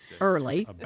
early